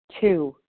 Two